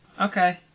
Okay